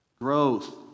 growth